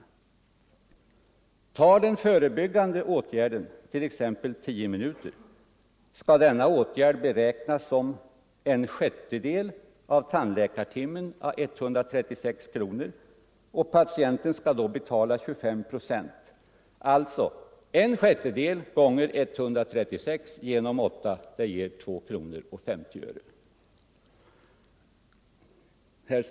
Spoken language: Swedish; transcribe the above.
Tar den förebyggande åtgärden inom folktandvården för en 17-19-åring t.ex. tio minuter skall denna åtgärd beräknas som en sjättedel av en tandläkartimme å 136 kronor, och patienten skall då betala hälften av 25 procent, alltså Herr statsråd!